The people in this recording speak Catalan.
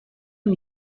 amb